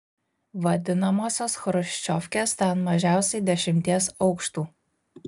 vadinamosios chruščiovkes ten mažiausiai dešimties aukštų